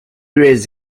raised